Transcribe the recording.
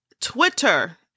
Twitter